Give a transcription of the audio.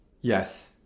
Yes